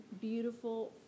beautiful